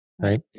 Right